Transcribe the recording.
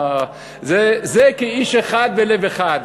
זה "כאיש אחד בלב אחד".